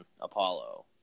Apollo